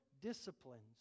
disciplines